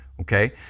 okay